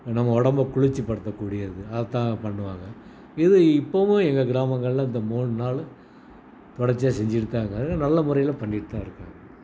நம்ம உடம்ப குளிர்ச்சிப்படுத்தக்கூடியது அதைதான் பண்ணுவாங்க இது இப்போவும் எங்கள் கிராமங்களில் அந்த மூணுநாளும் தொடர்ச்சியாக செஞ்சுட்டுதான் இருக்காங்க நல்ல முறையில் பண்ணிட்டுதான் இருக்காங்க